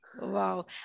Wow